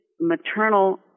maternal